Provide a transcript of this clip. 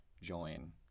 join